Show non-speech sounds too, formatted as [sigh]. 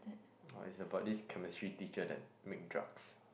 [noise] oh is about this Chemistry teacher that make drugs